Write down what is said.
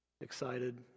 excited